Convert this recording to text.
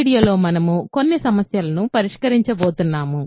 ఈ వీడియోలో మనము కొన్ని సమస్యలను పరిష్కరించబోతున్నాము